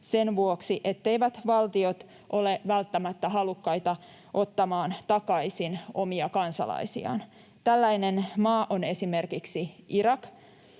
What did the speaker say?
sen vuoksi, etteivät valtiot ole välttämättä halukkaita ottamaan takaisin omia kansalaisiaan. Tällainen maa on esimerkiksi Irak.